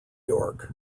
york